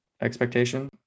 expectation